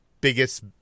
biggest